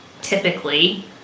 typically